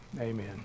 amen